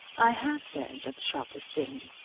i have said that the shop was dim.